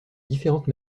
différentes